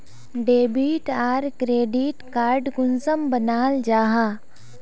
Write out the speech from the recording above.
Debit आर credit card कुंसम बनाल जाहा?